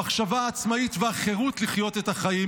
המחשבה העצמאית והחירות לחיות את החיים